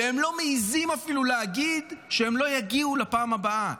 והם לא מעיזים אפילו להגיד שהם לא יגיעו לפעם הבאה.